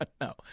No